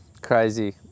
Crazy